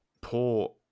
poor